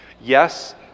Yes